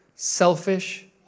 Selfish